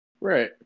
Right